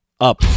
up